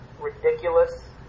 ridiculous